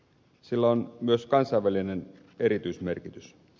sillä on myös kansainvälinen erityismerkitys